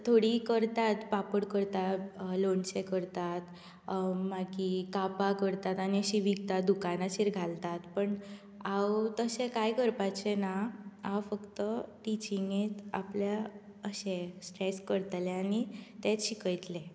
थोडीं करतात पापड करतात लोणचें करतात मागीर कापां करतात आनी तीं विकतात दुकानाचेर घालतात पण हांव तशें कांय करपाचें ना हांव फक्त टिचिंगेंत आपल्या अशें स्ट्रेस करतलें आनी तेंच शिकयतलें